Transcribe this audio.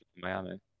Miami